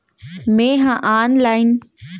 मे हा अनलाइन बीजहा कईसे बीसा सकत हाव